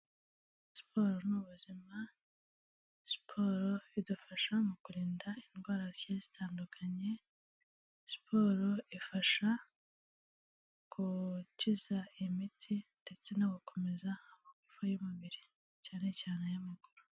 Siporo ni ubuzima, siporo idufasha mu kurinda indwara zi zitandukanye, siporo ifasha gukiza iyo mitsi ndetse no gukomeza amagufwa y'umubiri cyane cyane ay'amagauru.